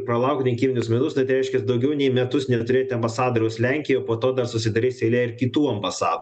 pralaukt rinkiminius metus tai tai reiškias daugiau nei metus neturėti ambasadoriaus lenkijoj po to dar susidarys eilė ir kitų ambasa